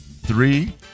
three